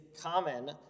common